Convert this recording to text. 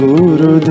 Guru